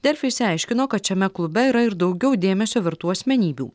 delfi išsiaiškino kad šiame klube yra ir daugiau dėmesio vertų asmenybių